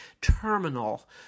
terminal